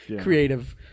creative